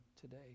today